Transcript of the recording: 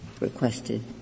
requested